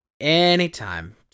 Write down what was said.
Anytime